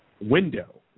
window